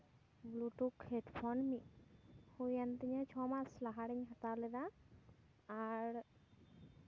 Bluetooth headphone ᱢᱤᱫ ᱦᱩᱭᱮᱱ ᱛᱤᱧᱟ ᱪᱷᱚ ᱢᱟᱥ ᱞᱟᱦᱟᱨᱤᱧ ᱦᱟᱛᱟᱣ ᱞᱮᱫᱟ ᱟᱨ